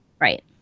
Right